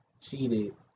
cheated